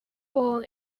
born